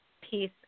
peace